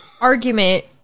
argument